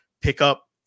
pickup